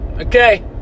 Okay